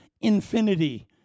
infinity